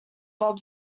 bob